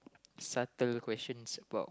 subtle questions about